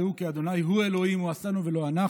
דעו כי ה' הוא אלהים הוא עשנו ולו אנחנו